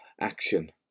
action